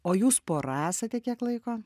o jūs pora esate kiek laiko